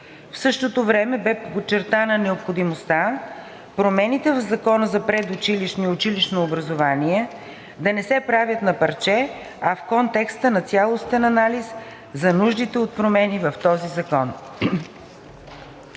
В същото време бе подчертана необходимостта промените в Закона за предучилищното и училищното образование да не се правят на парче, а в контекста на цялостен анализ за нуждите от промени в този закон.